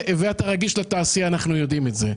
ואתה רגיש לתעשייה, אנחנו יודעים זאת.